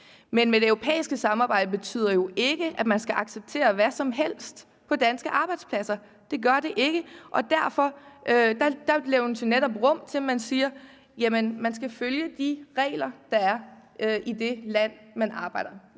Men det europæiske samarbejde betyder jo ikke, at man skal acceptere hvad som helst på danske arbejdspladser; det gør det ikke. Det levnes der jo netop rum til ikke at skulle, ved at man skal følge de regler, der er i det land, man arbejder